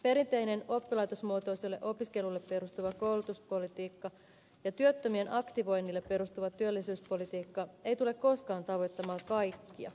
perinteinen oppilaitosmuotoiseen opiskeluun perustuva koulutuspolitiikka ja työttömien aktivointiin perustuva työllisyyspolitiikka ei tule koskaan tavoittamaan kaikkia